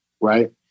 right